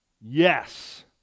Yes